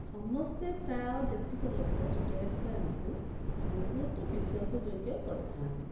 ସମସ୍ତେ ପ୍ରାୟ ଯେତିକ ଲୋକ ଷ୍ଟେଟ ବ୍ୟାଙ୍କକୁ ବହୁତ ବିଶ୍ଵାସ ଯୋଗ୍ୟ କରିଥାନ୍ତି